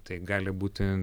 tai gali būti